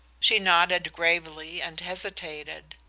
she nodded gravely and hesitated.